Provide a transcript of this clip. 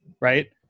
right